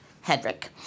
Hedrick